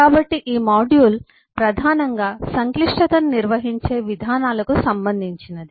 కాబట్టి ఈ మాడ్యూల్ ప్రధానంగా సంక్లిష్టతను నిర్వహించే విధానాలకు సంబంధించినది